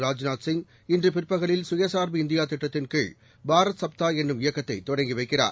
ராஜநாத் சிங் இன்றுபிற்பகலில் கயசார்பு இந்தியாதிட்டத்தின் கீழ் பாரத் சப்தாஎன்னும் இயக்கத்தைதொடங்கிவைக்கிறார்